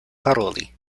paroli